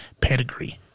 pedigree